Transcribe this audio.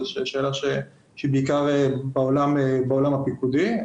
זו שאלה שהיא בעיקר בעולם הפיקודי.